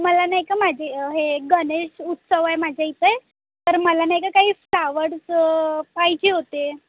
मला नाही का माझे हे गणेश उत्सव आहे माझ्या इथे तर मला नाही का काही फ्लावड्स पाहिजे होते